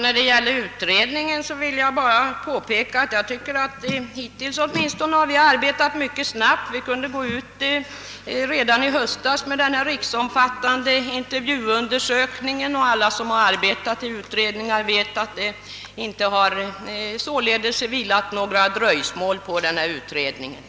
Herr talman! Jag tycker att utredningen åtminstone hittills arbetat mycket snabbt. Vi kunde ju redan i höstas gå ut med den riksomfattande intervjuundersökningen. Alla som varit verksamma i utredningar måste vara på det klara med att arbetet bedrivits utan dröjsmål.